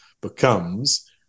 becomes